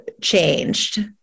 changed